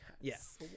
Yes